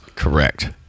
Correct